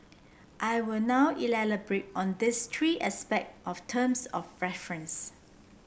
I will now elaborate on these three aspect of terms of reference